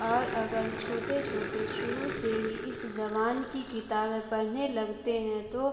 اور اگر چھوٹے چھوٹے شروع سے ہی اس زبان کی کتابیں پڑھنے لگتے ہیں تو